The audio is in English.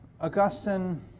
Augustine